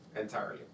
entirely